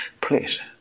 Please